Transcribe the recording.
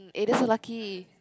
eh that's so lucky